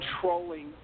controlling